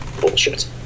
bullshit